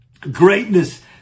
greatness